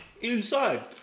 Inside